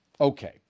Okay